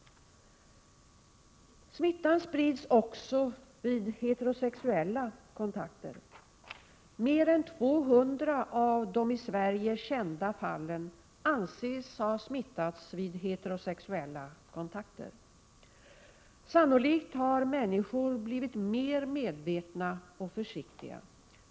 Smittan sprids också vid heterosexuella kontakter. Mer än 200 av de i Sverige kända fallen anses ha smittats vid heterosexuella kontakter. Sannolikt har människor blivit mer medvetna och försiktiga.